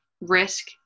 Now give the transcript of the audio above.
risk